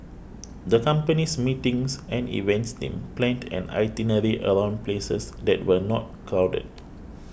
the company's meetings and events team planned an itinerary around places that were not crowded